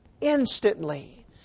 instantly